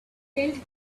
felt